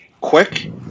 quick